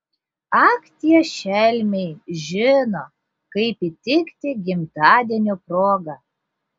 ak tie šelmiai žino kaip įtikti gimtadienio proga